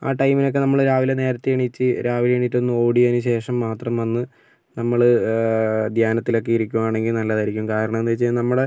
ആ ടൈമിലോക്കെ നമ്മള് രാവിലെ നേരത്തെ എണീറ്റ് രാവിലെ എണീറ്റൊന്നു ഓടിയതിനു ശേഷം മാത്രം വന്ന് നമ്മള് ധ്യാനത്തിലൊക്കെ ഇരിക്കുവാണെങ്കിൽ നല്ലതായിരിക്കും കാരണമെന്താണ് വെച്ചു കഴിഞ്ഞാൽ നമ്മുടെ